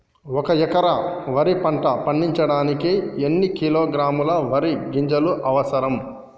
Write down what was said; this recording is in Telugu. ఒక్క ఎకరా వరి పంట పండించడానికి ఎన్ని కిలోగ్రాముల వరి గింజలు అవసరం?